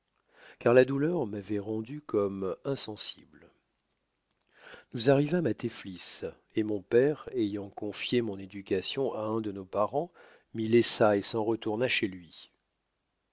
car la douleur m'avoit rendu comme insensible nous arrivâmes à tefflis et mon père ayant confié mon éducation à un de nos parents m'y laissa et s'en retourna chez lui